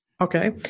Okay